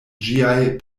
ĝiaj